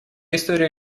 история